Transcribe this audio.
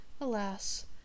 alas